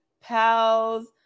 Pals